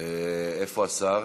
איפה השר?